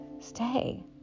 stay